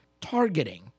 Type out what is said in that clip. targeting